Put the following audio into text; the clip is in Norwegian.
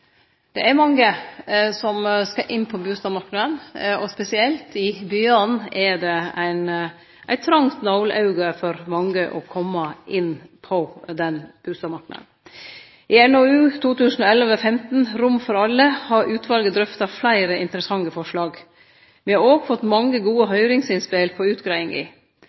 Det er mange som skal inn på bustadmarknaden. Spesielt i byane er det eit trongt nålauge for mange å kome inn på bustadmarknaden. I NOU 2011: 15 Rom for alle har utvalet drøfta fleire interessante forslag. Me har òg fått mange gode høyringsinnspel på utgreiinga.